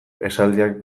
esaldiak